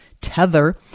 Tether